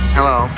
Hello